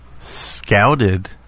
Scouted